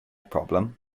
problem